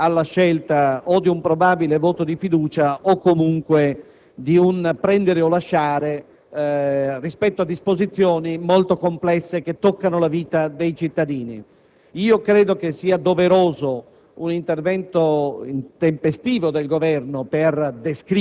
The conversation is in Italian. presentarli, nell'auspicio di mettere il Parlamento di fronte alla scelta o di un probabile voto di fiducia o comunque di un "prendere o lasciare" rispetto a disposizioni molto complesse, che toccano la vita dei cittadini.